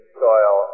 soil